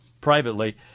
privately